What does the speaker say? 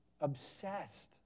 obsessed